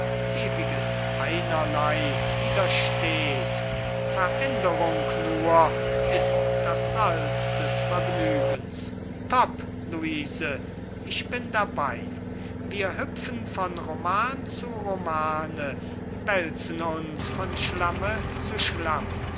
ewiges einerlei widersteht veränderung nur ist das salz des vergnügens topp luise ich bin dabei wir hüpfen von roman zu roman wälzen uns von schlamme zu